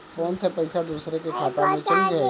Phone से पईसा दूसरे के खाता में चल जाई?